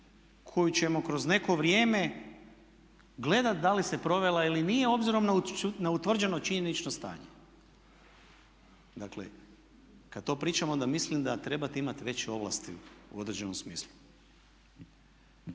koju ćemo kroz neko vrijeme gledati da li se provela ili nije obzirom na utvrđeno činjenično stanje. Dakle, kad to pričam onda mislim da trebate imati veće ovlasti u određenom smislu.